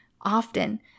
often